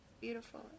Beautiful